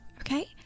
okay